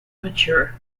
mature